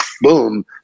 Boom